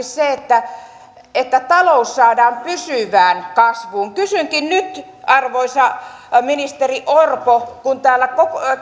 se että että talous saadaan pysyvään kasvuun kysynkin nyt arvoisa ministeri orpo kuten täällä